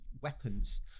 Weapons